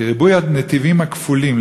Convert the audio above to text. כי ריבוי הנתיבים הכפולים,